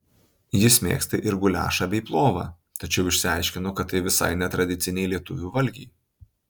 jis mėgsta ir guliašą bei plovą tačiau išsiaiškino kad tai visai ne tradiciniai lietuvių valgiai